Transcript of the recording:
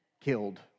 killed